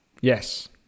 Yes